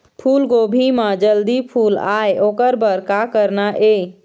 फूलगोभी म जल्दी फूल आय ओकर बर का करना ये?